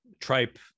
tripe